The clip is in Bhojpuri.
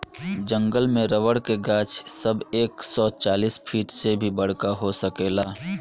जंगल में रबर के गाछ सब एक सौ चालीस फिट से भी बड़का हो सकेला